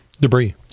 debris